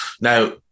Now